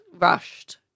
rushed